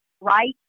right